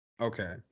Okay